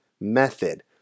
method